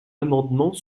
amendement